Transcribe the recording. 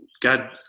God